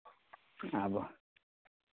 आबू